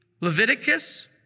Leviticus